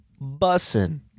Bussin